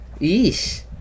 Eesh